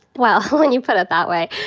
well, when you put it that way,